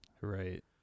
Right